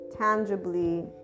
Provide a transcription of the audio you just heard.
tangibly